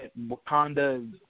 Wakanda